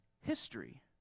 history